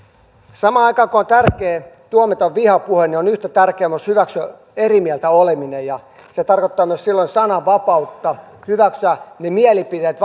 samaan aikaan kun on tärkeää tuomita vihapuhe on myös yhtä tärkeää hyväksyä eri mieltä oleminen se tarkoittaa silloin myös sananvapautta ja sitä että hyväksytään mielipiteet